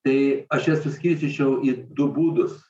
tai aš jas suskirstyčiau į du būdus